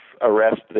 arrested